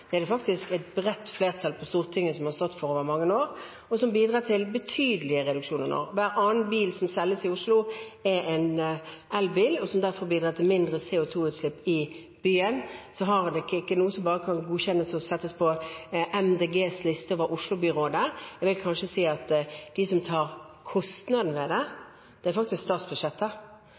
det er det faktisk et bredt flertall på Stortinget som har stått for over mange år, noe som bidrar til betydelige reduksjoner. Når hver annen bil som selges i Oslo, er en elbil og derfor bidrar til mindre CO 2 -utslipp i byen, er nok ikke det noe som bare kan godkjennes satt på MDGs liste fra Oslo-byrådet. Jeg vil kanskje si at det som tar kostnadene ved det, faktisk er statsbudsjettet.